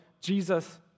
Jesus